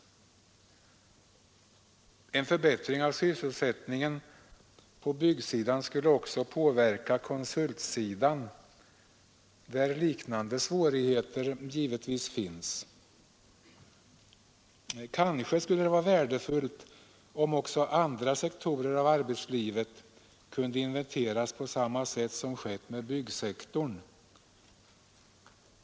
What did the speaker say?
En förbättring av sysselsättningen på byggsidan skulle också påverka konsultsidan, där liknande svårigheter givetvis finns. Kanske skulle det vara värdefullt om också andra sektorer av arbetslivet kunde inventeras på samma sätt som skett med byggsektorn.